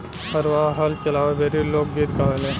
हरवाह हल चलावे बेरी लोक गीत गावेले